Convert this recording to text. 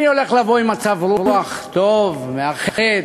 אני אבוא עם מצב רוח טוב, מאַחֵד.